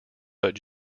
but